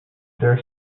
there